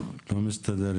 חלק מהדוברים